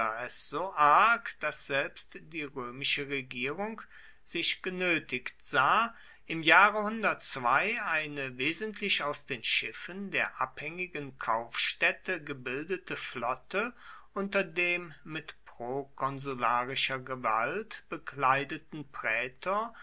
so arg daß selbst die römische regierung sich genötigt sah im jahre eine wesentlich aus den schiffen der abhängigen kaufstädte gebildete flotte unter dem mit prokonsularischer gewalt bekleideten prätor